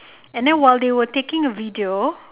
and then while they where taking a video